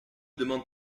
demande